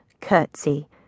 curtsy